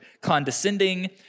condescending